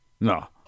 No